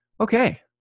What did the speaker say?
Okay